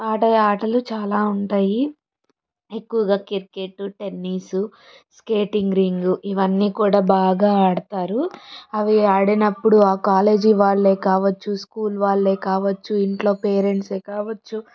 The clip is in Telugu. ఆడే ఆటలు చాలా ఉంటాయి ఎక్కువుగా కిరికెట్టు టెన్నిస్ స్కేటింగ్ రింగ్ ఇవన్నీ కూడ బాగా ఆడతారు అవి ఆడినప్పుడు ఆ కాలేజీ వాళ్లే కావచ్చు స్కూల్ వాళ్లే కావచ్చు ఇంట్లో పేరెంట్సే కావచ్చు